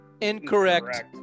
incorrect